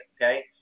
okay